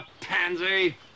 pansy